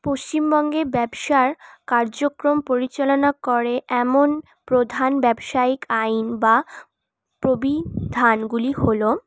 পশ্চিমবঙ্গে ব্যবসার কার্যক্রম পরিচালনা করে এমন প্রধান ব্যবসায়িক আইন বা প্রবি ধানগুলি হলো